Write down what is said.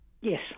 Yes